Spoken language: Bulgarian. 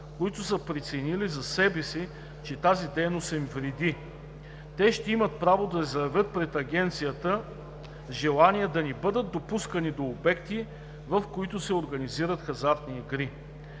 които са преценили за себе си, че тази дейност им вреди. Те ще имат право да заявят пред Агенцията желание да не бъдат допускани до обекти, в които се организират хазартни игри.